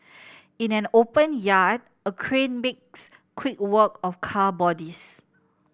in an open yard a crane makes quick work of car bodies